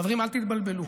חברים, אל תתבלבלו.